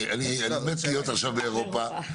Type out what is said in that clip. אני מת להיות עכשיו באירופה.